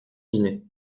dîner